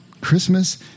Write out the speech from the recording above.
Christmas